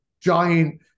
giant